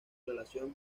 relación